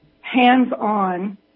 hands-on